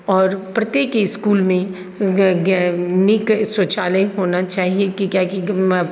आओर प्रत्येक इसकुलमे नीक शौचालय होना चाही कियाकि